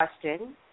question